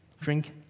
drink